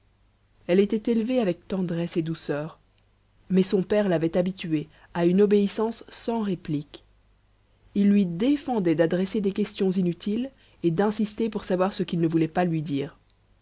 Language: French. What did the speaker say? elle était élevée avec tendresse et douceur mais son père l'avait habituée à une obéissance sans réplique il lui défendait d'adresser des questions inutiles et d'insister pour savoir ce qu'il ne voulait pas lui dire